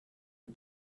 aux